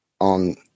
on